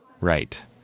Right